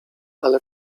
ale